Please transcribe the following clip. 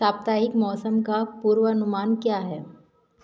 साप्ताहिक मौसम का पूर्वानुमान क्या है